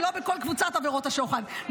ולא בכל קבוצת עבירות השוחד,